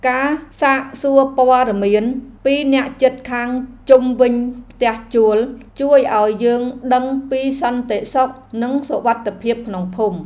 ការសាកសួរព័ត៌មានពីអ្នកជិតខាងជុំវិញផ្ទះជួលជួយឱ្យយើងដឹងពីសន្តិសុខនិងសុវត្ថិភាពក្នុងភូមិ។